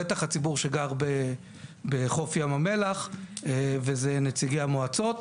בטח הציבור שגר בחוף ים המלח וזה נציגי המועצות.